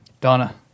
Donna